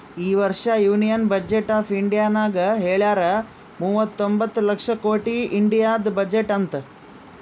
ಈ ವರ್ಷ union budget of ಇಂಡಿಯಾನಾಗ್ ಹೆಳ್ಯಾರ್ ಮೂವತೊಂಬತ್ತ ಲಕ್ಷ ಕೊಟ್ಟಿ ಇಂಡಿಯಾದು ಬಜೆಟ್ ಅಂತ್